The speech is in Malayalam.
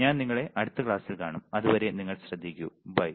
ഞാൻ നിങ്ങളെ അടുത്ത ക്ലാസ്സിൽ കാണും അതുവരെ നിങ്ങൾ ശ്രദ്ധിക്കൂ ബൈ